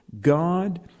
God